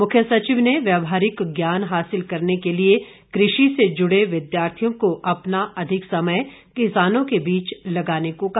मुख्य सचिव ने व्यवहारिक ज्ञान हासिल करने के लिए कृषि से जुड़े विद्यार्थियों को अपना अधिक समय किसानों के बीच लगाने को कहा